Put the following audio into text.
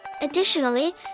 Additionally